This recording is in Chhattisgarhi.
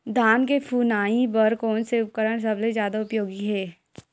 धान के फुनाई बर कोन से उपकरण सबले जादा उपयोगी हे?